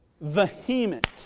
Vehement